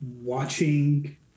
Watching